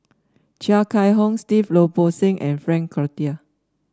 Chia Kiah Hong Steve Lim Bo Seng and Frank Cloutier